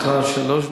לרשותך שלוש דקות.